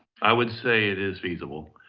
i would say it is feasible,